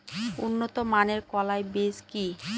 উন্নত মানের কলাই বীজ কি?